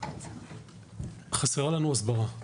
לא סתם יש הצעת חוק שלי ששימוש בקנאביס של בגיר לא תהיה עבירה פלילית.